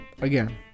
again